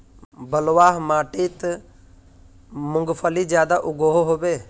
बलवाह माटित मूंगफली ज्यादा उगो होबे?